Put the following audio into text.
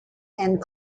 and